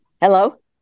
hello